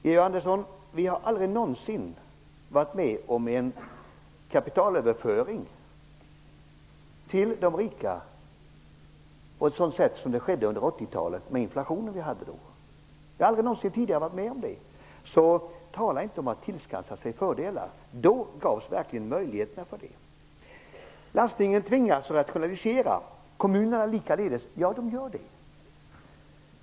Georg Andersson, vi har aldrig någonsin varit med om en sådan kapitalöverföring till de rika som den under 80 talet, med den inflation vi hade då. Vi har aldrig någonsin tidigare varit med om det, så tala inte om att tillskansa sig fördelar. På 80-talet gavs verkligen möjligheterna att göra det. Landstingen tvingas rationalisera, kommunerna likaledes. Ja, de gör det.